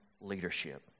leadership